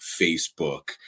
Facebook